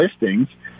listings